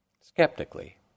skeptically